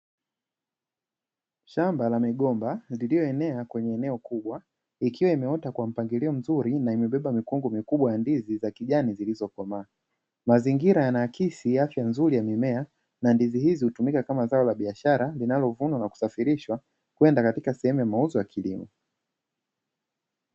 Shamba la migomba lililoenea kwenye eneo kubwa ikiwa imeota kwa mpangilio mzuri na imebeba mikungu mikubwa ya ndizi za kijani, na zilizokomaa mazingira yanaakisi afya nzuri ya mimea na ndizi hizi utumika kama zao la biashara linalovunwa na kusafirishwa kwenda katika sehemu ya mauzo ya kilimo.